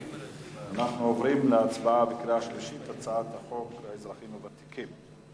אנחנו עוברים להצבעה בקריאה שלישית על הצעת חוק האזרחים הוותיקים.